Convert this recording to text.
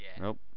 Nope